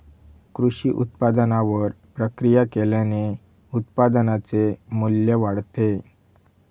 कृषी उत्पादनावर प्रक्रिया केल्याने उत्पादनाचे मू्ल्य वाढते